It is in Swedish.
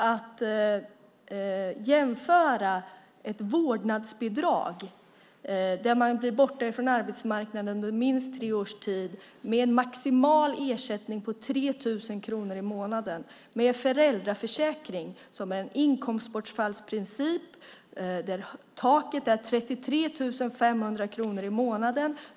Sedan jämförs ett vårdnadsbidrag, där man blir borta från arbetsmarknaden under minst tre års tid med en maximal ersättning på 3 000 kronor i månaden, med en föräldraförsäkring där det är en inkomstbortfallsprincip. Taket är 33 500 kronor i månaden.